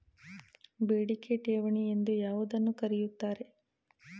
ಬೇಡಿಕೆ ಠೇವಣಿ ಎಂದು ಯಾವುದನ್ನು ಕರೆಯುತ್ತಾರೆ?